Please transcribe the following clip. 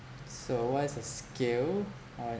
so what is a skill uh